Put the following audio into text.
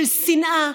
של שנאה,